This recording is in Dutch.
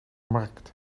markt